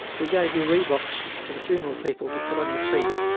we gave your reeboks to the funeral people to put on your feet.